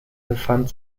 befand